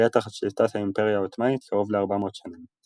היה תחת שליטת האימפריה העות'מאנית קרוב ל-400 שנים.